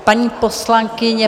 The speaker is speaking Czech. Paní poslankyně...